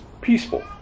peaceful